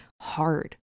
hard